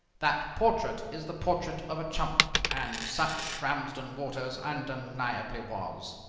that portrait is the portrait of a chump, and such ramsden waters undeniably was.